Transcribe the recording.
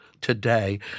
today